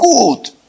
good